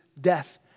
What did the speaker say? death